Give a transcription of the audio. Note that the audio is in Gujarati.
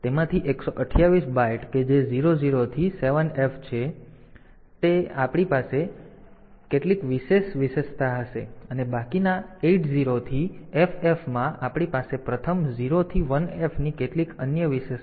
તેથી તેમાંથી 128 બાઈટ કે જે 00 થી 7F છે આપણી પાસે કેટલીક વિશેષ વિશેષતા હશે અને બાકીના 80 થી FF માં આપણી પાસે પ્રથમ 0 થી 1F ની કેટલીક અન્ય વિશેષતા હશે